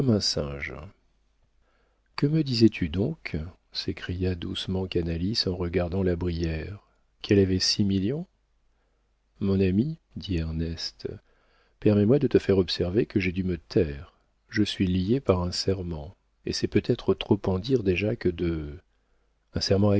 singe que me disais-tu donc s'écria doucement canalis en regardant la brière qu'elle avait six millions mon ami dit ernest permets-moi de te faire observer que j'ai dû me taire je suis lié par un serment et c'est peut-être trop en dire déjà que de un serment